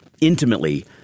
intimately